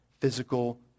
physical